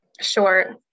Sure